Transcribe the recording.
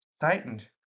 tightened